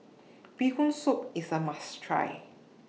Bee Hoon Soup IS A must Try